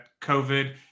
COVID